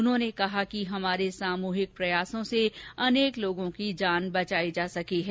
उन्होंने कहा कि हमारे सामूहिक प्रयासों से अनेक लोगों की जान बचाई जा सकी है